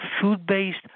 food-based